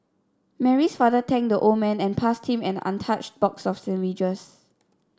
Mary's father thanked the old man and passed him an untouched box of sandwiches